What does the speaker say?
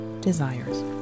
desires